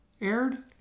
aired